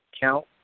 count